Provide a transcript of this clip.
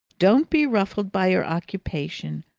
don't be ruffled by your occupation.